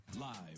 Live